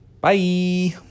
Bye